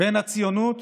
בין הציונות